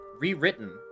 Rewritten